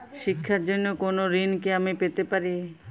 শিক্ষার জন্য কোনো ঋণ কি আমি পেতে পারি?